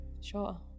Sure